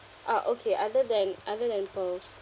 uh okay other than other than pearls